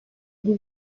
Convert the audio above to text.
die